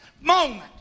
moment